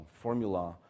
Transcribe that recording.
formula